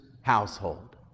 household